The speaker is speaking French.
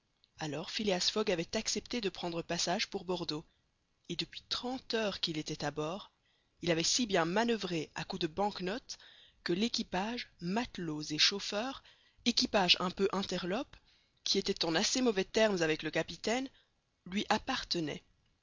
alors phileas fogg avait accepté de prendre passage pour bordeaux et depuis trente heures qu'il était à bord il avait si bien manoeuvré à coups de bank notes que l'équipage matelots et chauffeurs équipage un peu interlope qui était en assez mauvais termes avec le capitaine lui appartenait